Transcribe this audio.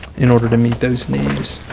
in order to meet those needs.